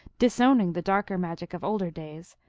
disowning the darlicr magic of older days,